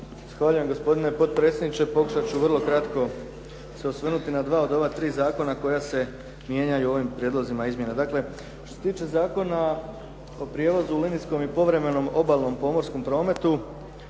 Zahvaljujem gospodine potpredsjedniče, pokušati ću vrlo kratko se osvrnuti na dva od ova tri zakona koja se mijenjaju ovim prijedlozima, izmjena. Dakle, što se tiče Zakona o prijevozu u linijskom i povremenom obalnom pomorskom prometu,